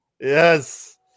Yes